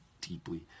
deeply